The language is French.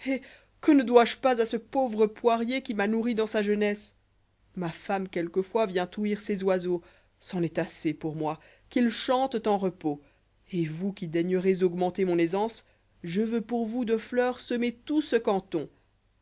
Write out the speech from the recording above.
que ne dois-je pas à ce pauvre poirier qui m'a nourri dans sa jeunesse ma femme quelquefois vient ouïr ces oiseaux c'en est assez pour moi qu'ils chantent en repos et vous qui daignerez augmenter mon aisance je veux pour vous de fleurs semer tout ce canton